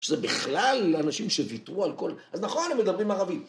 שזה בכלל אנשים שוויתרו על כל... אז נכון, הם מדברים על ערבית.